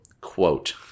quote